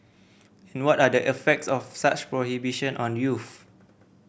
and what are effects of such prohibition on youths